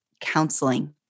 counseling